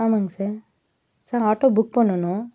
ஆமாங்க sir sir auto book பண்ணணும்